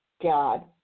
God